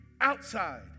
outside